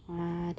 ᱟᱨ